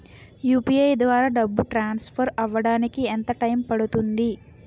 UPI ద్వారా డబ్బు transfer అవ్వడానికి ఎంత టైం పడుతుంది?